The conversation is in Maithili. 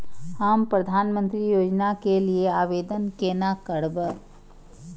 हम प्रधानमंत्री योजना के लिये आवेदन केना करब?